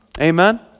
Amen